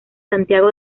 santiago